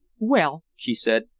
well, she said,